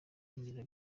hongera